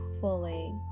fully